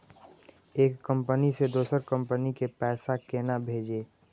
एक कंपनी से दोसर कंपनी के पैसा केना भेजये?